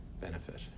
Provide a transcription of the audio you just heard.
benefit